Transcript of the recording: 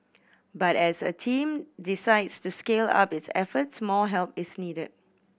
but as the team decides to scale up its efforts more help is needed